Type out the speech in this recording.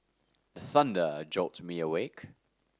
the thunder jolt me awake